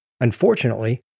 Unfortunately